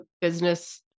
business